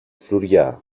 φλουριά